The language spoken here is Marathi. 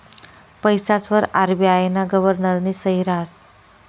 पैसासवर आर.बी.आय ना गव्हर्नरनी सही रहास